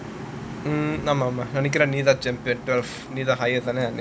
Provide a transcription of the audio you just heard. mm ஆமா ஆமா இன்னைக்கு நீ தான்:aamaa aamaa innaiku nee thaan champion of நீ தான்:nee thaan highest lah